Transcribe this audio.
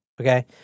Okay